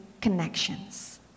connections